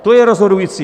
To je rozhodující.